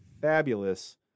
fabulous